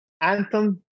anthem